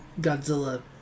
Godzilla